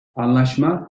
anlaşma